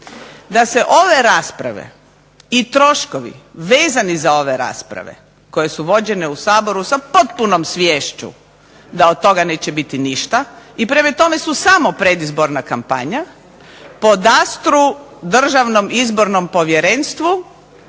da se ove rasprave i troškovi vezani za ove rasprave koje su vođene u Saboru sa potpunom sviješću da od toga neće biti ništa, i prema tome su samo predizborna kampanja, podastru Državnom izbornom povjerenstvu